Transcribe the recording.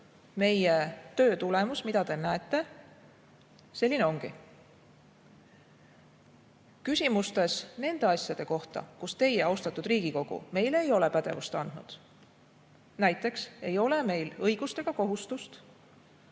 meie töö tulemus, mida te näete, selline ongi. Küsimustes nende asjade kohta, kus teie, austatud Riigikogu, meile ei ole pädevust andnud, näiteks ei ole meil õigust ega kohustust